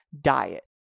diet